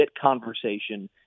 conversation